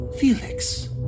Felix